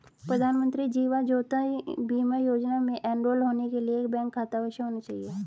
प्रधानमंत्री जीवन ज्योति बीमा योजना में एनरोल होने के लिए एक बैंक खाता अवश्य होना चाहिए